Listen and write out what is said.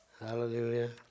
Hallelujah